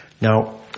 Now